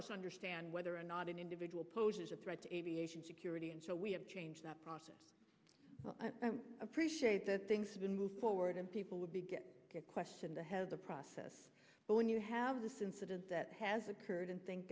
us understand whether or not an individual poses a threat to aviation security and so we have to change that process appreciate that things move forward and people would be get to question the head of the process but when you have this incident that has occurred and thank